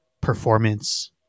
performance